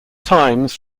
times